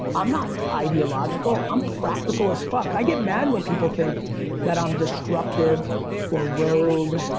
i'm not ideological. i'm practical as fuck. i get mad when people think that i'm disruptive or rogue,